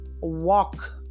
walk